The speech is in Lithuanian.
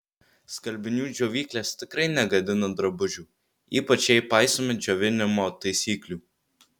skalbinių džiovyklės tikrai negadina drabužių ypač jei paisome džiovinimo taisyklių